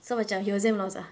so macam he was damn lost ah